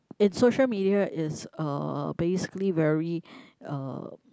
and social media is uh basically very uh